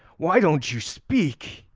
why don't you speak?